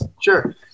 Sure